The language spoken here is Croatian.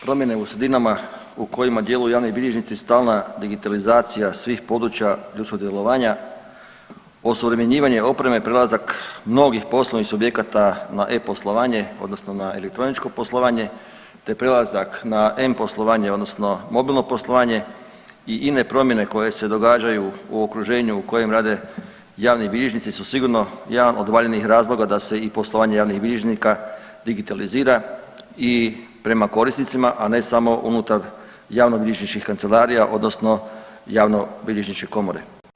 Promjene u sredinama u kojima djeluju javni bilježnici, stalna digitalizacija svih područja ljudskog djelovanja, osuvremenjivanje opreme, prelazak mnogih poslovnih subjekata na e-poslovanje, odnosno na elektroničko poslovanje, te prelazak na m-poslovanje, odnosno mobilno poslovanje i ine promjene koje se događaju u okruženju u kojem rade javni bilježnici su sigurno jedan od valjanih razloga da se i poslovanje javnih bilježnika digitalizira i prema korisnicima, a ne samo unutar javnobilježničkih kancelarija, odnosno Javnobilježničke komore.